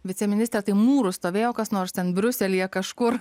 viceministre tai mūru stovėjo kas nors ten briuselyje kažkur